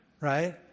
right